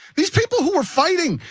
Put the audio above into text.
these people who are fighting,